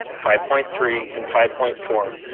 five point three and five point four,